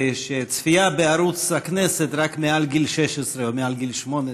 שצפייה בערוץ הכנסת רק מעל גיל 16 או מעל גיל 18,